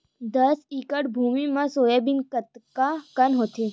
दस एकड़ भुमि म सोयाबीन कतका कन होथे?